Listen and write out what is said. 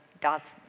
dots